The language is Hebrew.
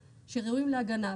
מי בכלל חל עליו עולם הרישוי.